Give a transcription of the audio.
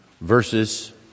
verses